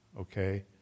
Okay